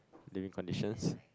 living conditions